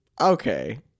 okay